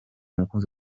umukunzi